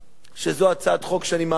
זו הצעת חוק שאני מאמין בה,